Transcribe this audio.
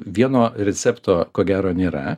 vieno recepto ko gero nėra